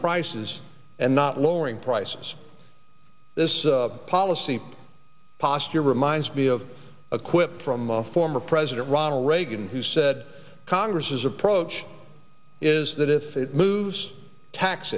prices and not lowering prices this policy posture reminds me of a quip from the former president ronald reagan who said congress is approach is that if it moves tax